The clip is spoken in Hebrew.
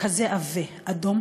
כזה עבה.